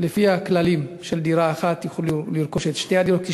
לפי הכללים של דירה אחת את שתי הדירות?